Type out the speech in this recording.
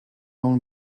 own